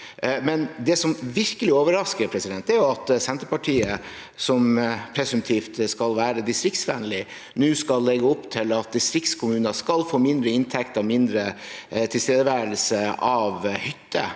Det som virkelig overrasker, er at Senterpartiet, som presumptivt skal være distriktsvennlig, nå legger opp til at distriktskommuner skal få mindre inntekter og mindre tilstedeværelse av hytter.